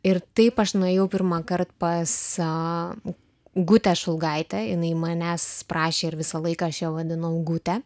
ir taip aš nuėjau pirmąkart pas gutę šulgaitę jinai manęs prašė ir visą laiką aš ją vadinau gute